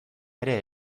ere